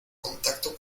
contacto